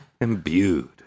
Imbued